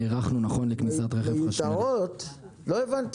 ב-19:00-20:00 בערב,